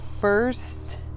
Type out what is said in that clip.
first